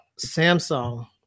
Samsung